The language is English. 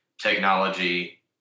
technology